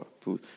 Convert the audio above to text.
food